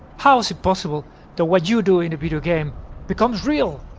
how's it possible that what you do in the video game becomes real?